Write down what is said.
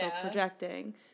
projecting